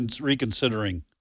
reconsidering